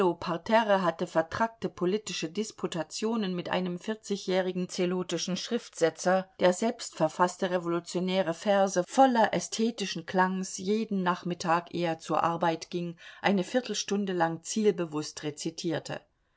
parterre hatte vertrackte politische disputationen mit einem vierzigjährigen zelotischen schriftsetzer der selbstverfaßte revolutionäre verse voller ästhetischen klangs jeden nachmittag eh er zur arbeit ging eine viertelstunde lang zielbewußt rezitierte